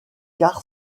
car